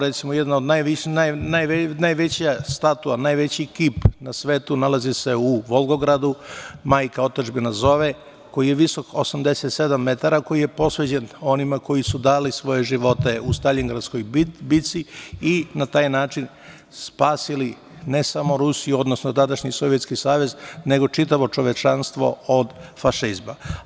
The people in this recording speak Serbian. Recimo, jedna od najvećih statua, najveći kip na svetu nalazi se u Volgogradu - „Majka otadžbina zove“, koji je visok 87 metara, koji je posvećen onima koji su dali svoje živote u Staljingradskoj bici i na taj način spasili ne samo Rusiju, odnosno tadašnji Sovjetski Savez, nego čitavo čovečanstvo od fašizma.